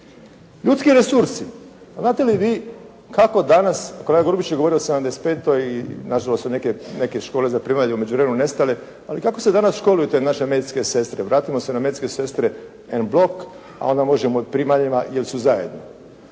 Ljudski resursi. Znate li vi kako danas, kolega Grubišić je govorio o 1975. i nažalost su neke škole za primalje u međuvremenu nestale, ali kako se danas školuju te naše medicinske sestre? Vratimo se na medicinske sestre … /Govornik se ne razumije./ … a onda možemo i o primaljama jer su zajedno.